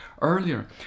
earlier